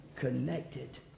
connected